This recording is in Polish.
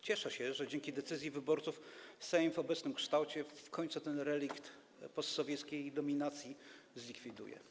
Cieszę się, że dzięki decyzji wyborców Sejm w obecnym kształcie w końcu ten relikt sowieckiej dominacji zlikwiduje.